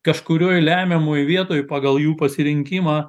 kažkurioj lemiamoj vietoj pagal jų pasirinkimą